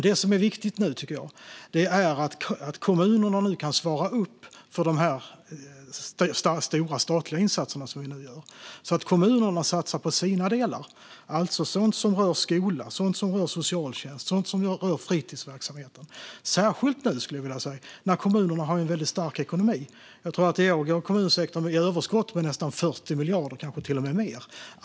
Det som nu är viktigt är att kommunerna kan svara upp för de stora statliga insatser som vi nu gör så att kommunerna satsar på sina delar. Det gäller sådant som rör skola, socialtjänst och fritidsverksamheten. Det gäller särskilt nu när kommunerna har en väldigt stark ekonomi. Jag tror att kommunsektorn i år går med ett överskott på nästan 40 miljarder, kanske till och med mer.